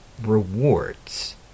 rewards